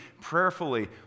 prayerfully